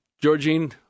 Georgine